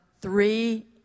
three